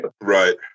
Right